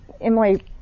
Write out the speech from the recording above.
Emily